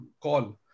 call